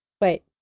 Wait